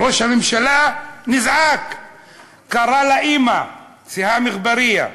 ראש הממשלה נזעק, קרא לאימא, סיהאם אגבאריה,